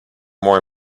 more